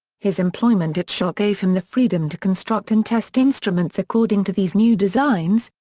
his employment at schott gave him the freedom to construct and test instruments according to these new designs,